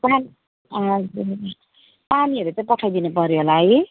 पानी पानीहरू चाहिँ पठाई दिनुपऱ्यो होला है